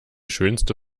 schönste